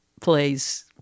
plays